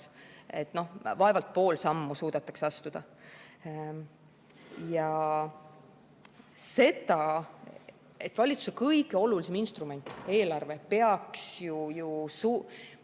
aastas. Vaevalt pool sammu suudetakse astuda. Ja seda, et valitsuse kõige olulisem instrument, eelarve, peaks suunama